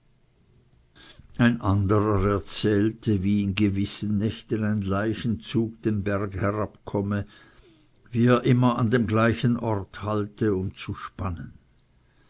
ein anderer erzählte wie in gewissen nächten ein leichenzug den berg herabkomme wie er immer an dem gleichen orte halte um zu spannen